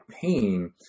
pain